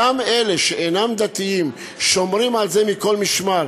גם אלה שאינם דתיים שומרים על זה מכל משמר,